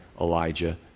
Elijah